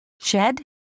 Shed